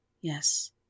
Yes